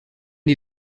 die